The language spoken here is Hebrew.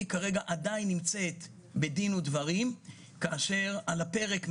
כרגע עדיין נמצאת בדין ודברים כאשר על הפרק,